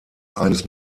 eines